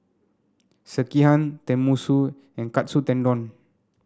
Sekihan Tenmusu and Katsu Tendon